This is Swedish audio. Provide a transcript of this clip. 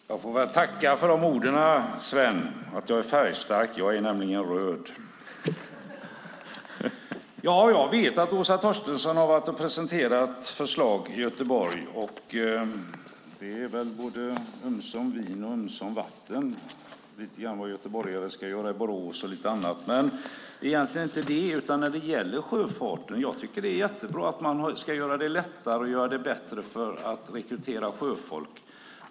Fru talman! Jag får väl tacka för orden, Sven, om att jag är färgstark. Jag är nämligen röd. Ja, jag vet att Åsa Torstensson har varit och presenterat förslag i Göteborg, och det är väl ömsom vin, ömsom vatten - lite grann om vad göteborgare ska göra i Borås och lite annat. När det gäller sjöfarten tycker jag att det är jättebra att man ska göra det lättare att rekrytera sjöfolk.